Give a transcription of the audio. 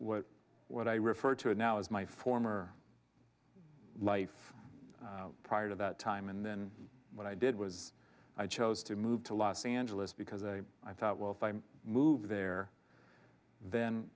what what i refer to it now as my former life prior to that time and then what i did was i chose to move to los angeles because i thought well if i move there then